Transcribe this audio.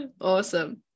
Awesome